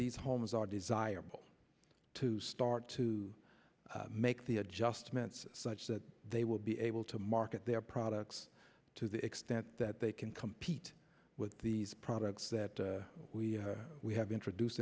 these homes are desirable to start to make the adjustments such that they will be able to market their products to the extent that they can compete with these products that we we have introduced